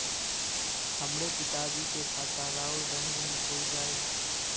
हमरे पिता जी के खाता राउर बैंक में खुल जाई?